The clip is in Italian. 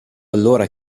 allora